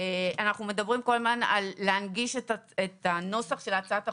אנחנו מדברים כל הזמן על להנגיש את הנוסח של הצעת החוק.